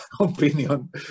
Opinion